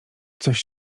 coś